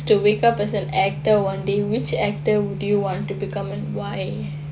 to wake up as an actor one day which actor would you want to become and why